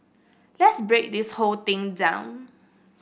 let's break this whole thing down